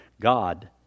God